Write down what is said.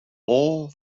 all